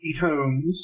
tones